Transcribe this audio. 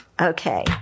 Okay